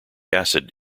acid